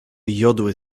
jodły